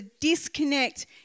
disconnect